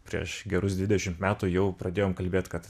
prieš gerus dvidešimt metų jau pradėjom kalbėt kad